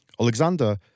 Alexander